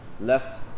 left